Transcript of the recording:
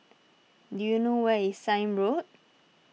do you know where is Sime Road